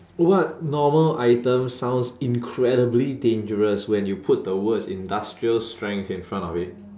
what normal item sounds incredibly dangerous when you put the words industrial strength in front of it